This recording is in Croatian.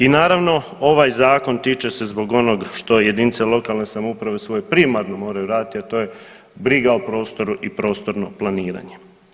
I naravno, ovaj Zakon, tiče se zbog onog što jedinice lokalne samouprave svoje primarno moraju raditi, a to je briga o prostoru i prostorno planiranje.